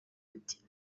ati